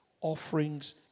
offerings